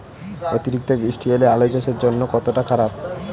অতিরিক্ত বৃষ্টি হলে আলু চাষের জন্য কতটা খারাপ?